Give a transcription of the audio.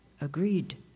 agreed